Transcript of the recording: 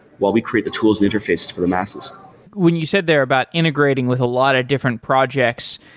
while we create the tools and interfaces for the masses when you said they're about integrating with a lot of different projects,